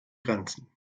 grenzen